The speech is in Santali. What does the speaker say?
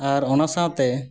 ᱟᱨ ᱚᱱᱟ ᱥᱟᱶᱛᱮ